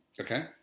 Okay